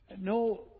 no